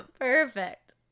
Perfect